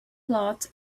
cloth